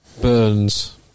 Burns